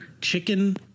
chicken